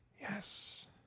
Yes